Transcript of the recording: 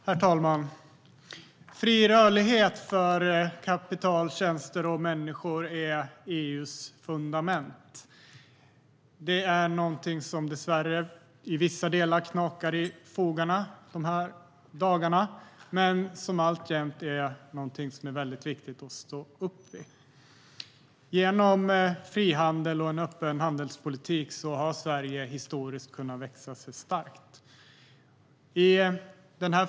Herr talman! Fri rörlighet för kapital, tjänster och människor är EU:s fundament. Det är någonting som dessvärre i vissa delar knakar i fogarna de här dagarna men som alltjämt är väldigt viktigt att stå upp för. Genom frihandel och en öppen handelspolitik har Sverige historiskt kunnat växa sig starkt.